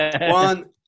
one